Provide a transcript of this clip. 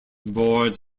boards